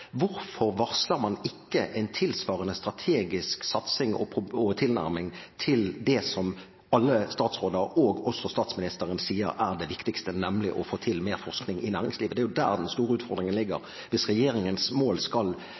Hvorfor varsler man ikke en tilsvarende strategisk satsing og tilnærming til det som alle statsråder, også statsministeren, sier er det viktigste, nemlig å få til mer forskning i næringslivet? Det er der den store utfordringen ligger. Hvis regjeringens mål skal oppfylles, må forskning i norsk næringsliv tredobles fra dagens nivå – hvis man skal